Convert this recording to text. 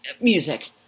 Music